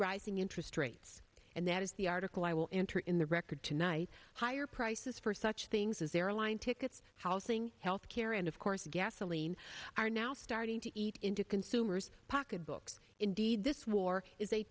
interest rates and that is the article i will enter in the record tonight higher prices for such things as airline tickets housing health care and of course gasoline are now starting to eat into consumers pocketbooks indeed this war is a